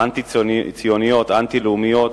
האנטי-ציוניות, האנטי-לאומיות.